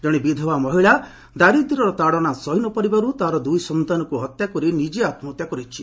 ଜଣେ ବିଧବା ମହିଳା ଦାରିଦ୍ର୍ୟର ତାଡନା ସହିନପାରିବାରୁ ତା'ର ଦୁଇ ସନ୍ତାନକୁ ହତ୍ୟା କରି ନିକେ ଆମ୍ହତ୍ୟା କରିଛି